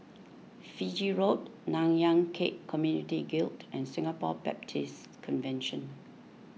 Fiji Road Nanyang Khek Community Guild and Singapore Baptist Convention